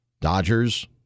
Dodgers